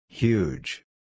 Huge